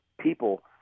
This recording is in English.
people